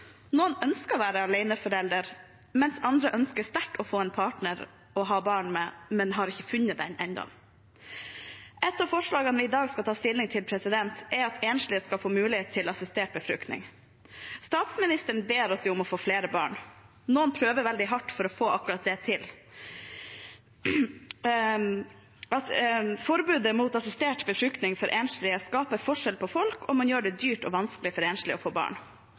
Noen ønsker å være aleneforelder, mens andre ønsker sterkt en partner å få barn med, men har ennå ikke funnet den. Et av forslagene vi i dag skal ta stilling til, er at enslige skal få mulighet til assistert befruktning. Statsministeren ber oss om å få flere barn. Noen prøver veldig hardt for å få det til. Forbudet mot assistert befruktning for enslige skaper forskjell på folk, og man gjør det dyrt og vanskelig for enslige å få barn.